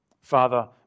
Father